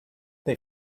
they